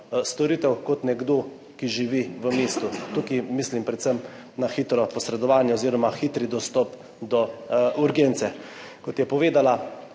storitev kot nekdo, ki živi v mestu? Tukaj mislim predvsem na hitro posredovanje oziroma hitri dostop do urgence. Kot je povedala